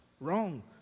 Wrong